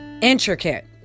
intricate